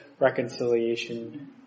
reconciliation